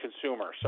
consumer